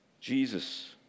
Jesus